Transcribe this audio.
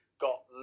got